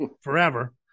forever